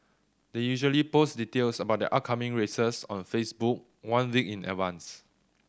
they usually post details about their upcoming races on Facebook one week in advance